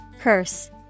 Curse